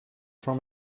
from